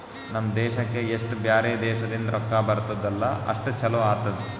ನಮ್ ದೇಶಕ್ಕೆ ಎಸ್ಟ್ ಬ್ಯಾರೆ ದೇಶದಿಂದ್ ರೊಕ್ಕಾ ಬರ್ತುದ್ ಅಲ್ಲಾ ಅಷ್ಟು ಛಲೋ ಆತ್ತುದ್